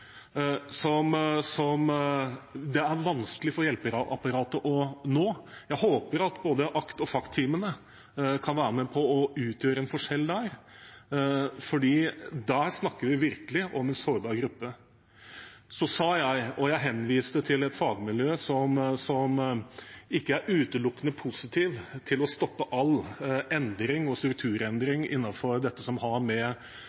som det er vanskelig for hjelpeapparatet å nå. Jeg håper at både ACT- og FACT-teamene kan være med på å utgjøre en forskjell der, for der snakker vi virkelig om en sårbar gruppe. Så henviste jeg til et fagmiljø som ikke er utelukkende positiv til å stoppe all endring og strukturendring innenfor det som har med